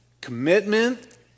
commitment